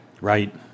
Right